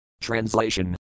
Translation